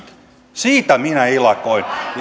siitä minä ilakoin